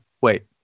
wait